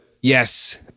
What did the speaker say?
Yes